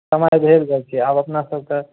हमरा लगैए जे आब अपनासभके